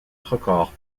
record